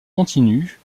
continu